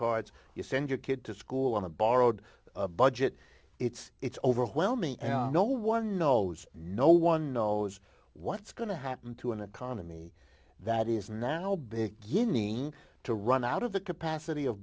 cards you send your kid to school on a borrowed budget it's it's overwhelming and no one knows no one knows what's going to happen to an economy that is now beginning to run out of the capacity of